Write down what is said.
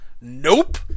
Nope